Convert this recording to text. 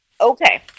Okay